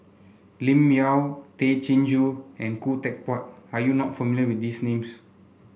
Lim Yau Tay Chin Joo and Khoo Teck Puat are you not familiar with these names